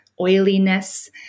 oiliness